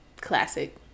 classic